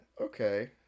Okay